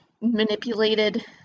manipulated